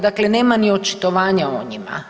Dakle, nema ni očitovanja o njima.